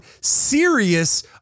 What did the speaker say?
serious